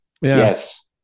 Yes